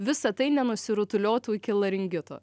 visa tai nenusirutuliotų iki laringito